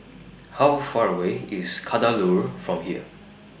How Far away IS Kadaloor from here